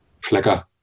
Schlecker